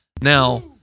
now